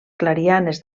clarianes